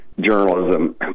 journalism